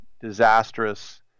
disastrous